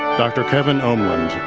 dr. kevin omland,